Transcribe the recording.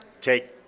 take